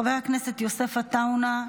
חבר הכנסת יוסף עטאונה,